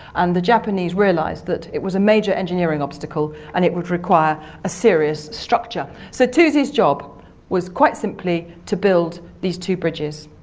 and the japanese realised that it was a major engineering obstacle and it would require a serious structure. so, toosey's job was quite simply to build these two bridges.